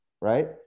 right